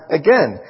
again